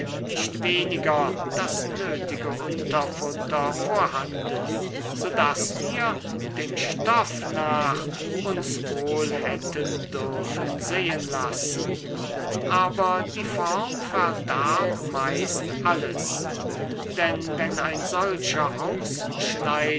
nicht weniger das nötige unterfutter vorhanden so daß wir dem stoff nach uns wohl hätten dürfen sehen lassen aber die form verdarb meist alles denn wenn ein solcher